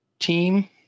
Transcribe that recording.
team